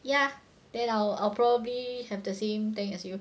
ya then I'll I'll probably have the same thing as you